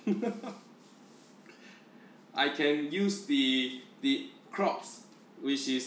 I can use the the crops which is